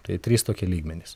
tai trys tokie lygmenys